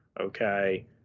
Okay